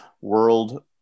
World